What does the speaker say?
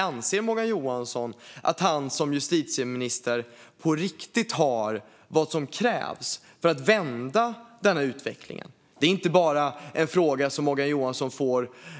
Anser Morgan Johansson att han som justitieminister på riktigt har vad som krävs för att vända denna utveckling? Det är inte en fråga som Morgan Johansson